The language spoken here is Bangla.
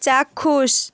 চাক্ষুষ